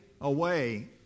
away